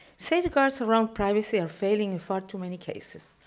safeguards around privacy are failing in far too many cases.